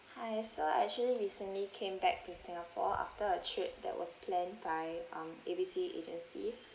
hi so I actually recently came back to singapore after a trip that was planned by um A B C agency